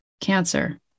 cancer